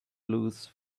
lose